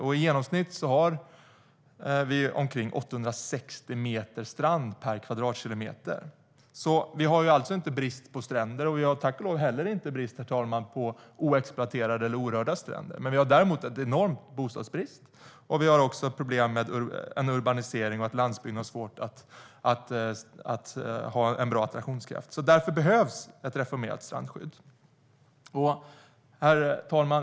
I genomsnitt har vi omkring 860 meter strand per kvadratkilometer. Vi har alltså inte brist på stränder, och vi har tack och lov inte heller brist på oexploaterade eller orörda stränder. Däremot har vi en enorm bostadsbrist och problem med urbanisering och att landsbygden har svårt med attraktionskraften. Därför behövs ett reformerat strandskydd. Herr talman!